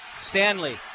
Stanley